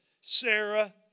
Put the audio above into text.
Sarah